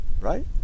right